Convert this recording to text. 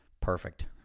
perfect